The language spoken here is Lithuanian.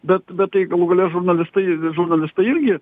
bet bet tai galų gale žurnalistai žurnalistai irgi